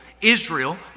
Israel